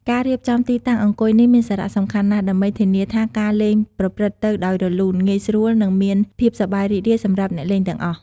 ការរៀបចំទីតាំងអង្គុយនេះមានសារៈសំខាន់ណាស់ ដើម្បីធានាថាការលេងប្រព្រឹត្តទៅដោយរលូន ងាយស្រួល និងមានភាពសប្បាយរីករាយសម្រាប់អ្នកលេងទាំងអស់។